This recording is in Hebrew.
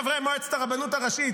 חברי מועצת הרבנות הראשית,